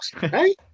Hey